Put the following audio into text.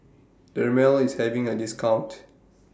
Dermale IS having A discount